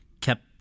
kept